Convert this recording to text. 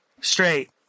straight